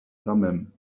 thummim